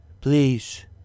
please